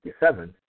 1957